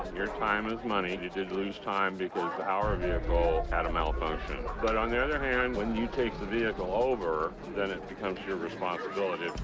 your time is money. and you did lose time because our vehicle had a malfunction. but on the other hand, when you take the vehicle over, then it becomes your responsibility.